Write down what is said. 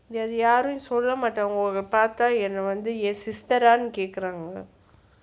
யாரும் சொல்ல மாட்டாங்க உங்கள பாத்தா என்ன வந்து என்:yaarum solla mattanga unggala paatha enna vanthu en sister ah னு கேக்குறாங்க:nu kekkuranga